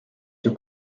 cyo